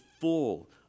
full